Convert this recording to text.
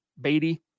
Beatty